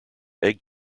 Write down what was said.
egg